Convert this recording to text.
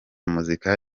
muzika